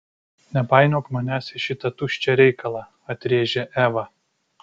nepainiok manęs į šitą tuščią reikalą atrėžė eva